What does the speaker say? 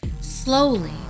Slowly